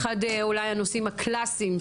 אחד הנושאים הקלאסיים,